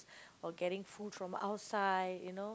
or getting food from outside you know